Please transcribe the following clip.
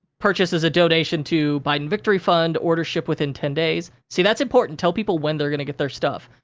purchase is a donation to biden victory fund, orders ship within ten days. see, that's important, tell people when they're gonna get their stuff.